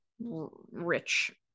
rich